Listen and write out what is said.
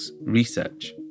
research